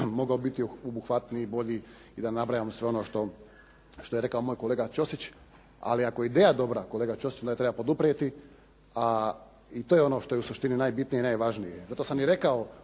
mogao biti obuhvatniji, bolji i da ne nabrajam sve ono što je rekao moj kolega Ćosić, ali ako je ideja dobra, kolega Ćosić, onda ju treba poduprijeti i to je ono što je u suštini najbitnije i najvažnije. Zato sam i rekao